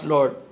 Lord